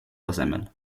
tasemel